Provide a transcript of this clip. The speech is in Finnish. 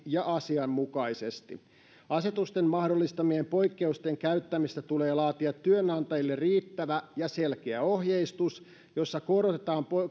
ja asianmukaisesti asetusten mahdollistamien poikkeusten käyttämisestä tulee laatia työnantajille riittävä ja selkeä ohjeistus jossa korostetaan